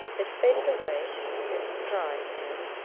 it faded away in mere surprise, and,